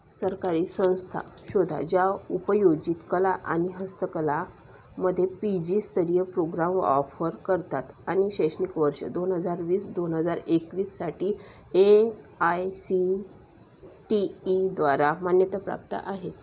सरकारी संस्था शोधा ज्या उपयोजित कला आणि हस्तकलामध्ये पी जी स्तरीय प्रोग्राम ऑफर करतात आणि शैक्षणिक वर्ष दोन हजार वीस दोन हजार एकवीससाठी ए आय सी टी ईद्वारा मान्यताप्राप्त आहेत